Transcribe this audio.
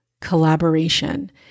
collaboration